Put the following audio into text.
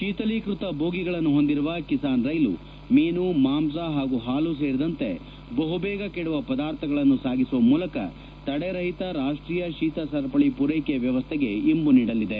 ಶೀತಲೀಕೃತ ಬೋಗಿಗಳನ್ನು ಹೊಂದಿರುವ ಕಿಸಾನ್ ರೈಲು ಮೀನು ಮಾಂಸ ಹಾಗೂ ಹಾಲು ಸೇರಿದಂತೆ ಬಹುಬೇಗ ಕೆದುವ ಪದಾರ್ಥಗಳನ್ನು ಸಾಗಿಸುವ ಮೂಲಕ ತಡೆರಹಿತ ರಾಷ್ಟೀಯ ಶೀತ ಸರಪಳಿ ಪೂರ್ೈಕೆ ವ್ಯವಸ್ಥೆಗೆ ಇಂಬು ನೀಡಲಿದೆ